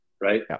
Right